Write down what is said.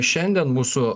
šiandien mūsų